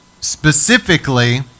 specifically